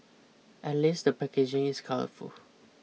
at least the packaging is colourful